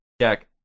Jack